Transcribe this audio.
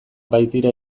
baitira